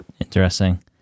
Interesting